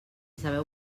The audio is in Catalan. sabeu